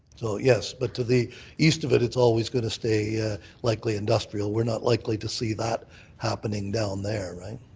so yes, but to the east of it, it's always going to stay ah likely industrial. we're not likely to see that happening down there. right?